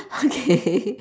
okay